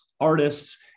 artists